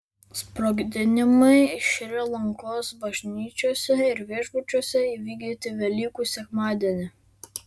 sprogdinimai šri lankos bažnyčiose ir viešbučiuose įvykdyti velykų sekmadienį